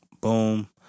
boom